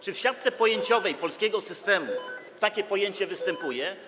Czy w siatce pojęciowej polskiego systemu takie pojęcie występuje?